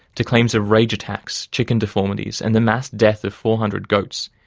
to claims of rage attacks, chicken deformities and the mass death of four hundred goats,